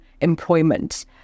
employment